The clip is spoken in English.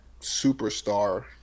superstar